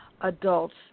adults